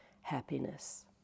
happiness